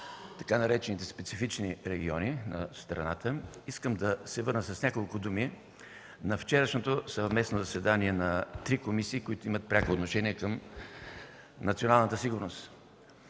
така наречени „специфични райони” на страната, искам да се върна с няколко думи на вчерашното съвместно заседание на три комисии, които имат пряко отношение към националната сигурност.